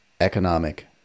economic